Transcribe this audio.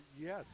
Yes